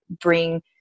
bring